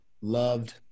loved